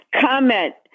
Comment